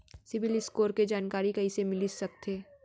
CIBIL score के जानकारी कइसे मिलिस सकथे?